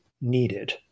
needed